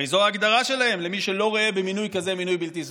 הרי זו ההגדרה שלהם למי שלא רואה במינוי כזה מינוי בלתי סביר.